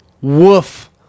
Woof